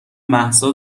مهسا